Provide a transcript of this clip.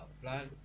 plan